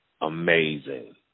amazing